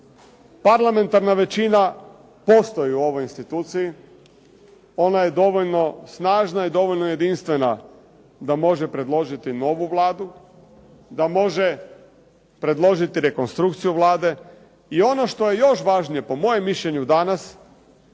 Parlamentarna većina postoji u ovoj instituciji, ona je dovoljno snažna i dovoljno jedinstvena da može predložiti novu Vladu, da može predložiti rekonstrukciju Vlade. I ono što je još važnije po mojem mišljenju danas